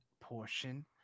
portion